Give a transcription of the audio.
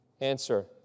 Answer